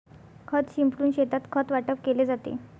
खत शिंपडून शेतात खत वाटप केले जाते